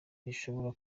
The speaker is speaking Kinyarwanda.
rishobora